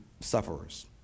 sufferers